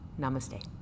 Namaste